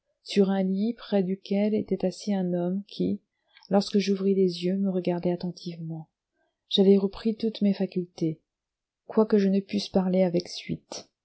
sur un lit près duquel était assis un homme qui lorsque j'ouvris les yeux me regardait attentivement j'avais repris toutes mes facultés quoique je ne pusse parler avec suite